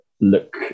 look